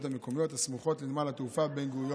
המקומיות הסמוכות לנמל התעופה בן-גוריון.